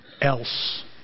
else